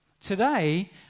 today